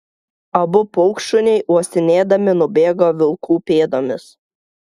abu paukštšuniai uostinėdami nubėgo vilkų pėdomis